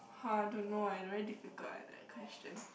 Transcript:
oh I don't know leh very difficult leh that question